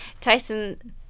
Tyson